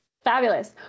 Fabulous